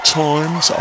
times